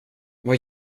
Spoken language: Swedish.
vad